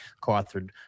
co-authored